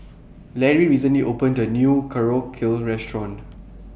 Larry recently opened A New Korokke Restaurant